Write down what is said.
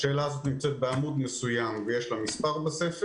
השאלה הזאת נמצאת בעמוד מסוים ויש לה מספר בספר